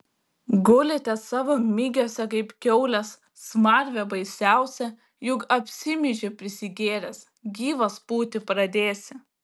gulite savo migiuose kaip kiaulės smarvė baisiausia juk apsimyži prisigėręs gyvas pūti pradėsi